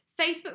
Facebook